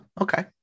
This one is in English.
Okay